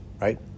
right